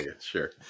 Sure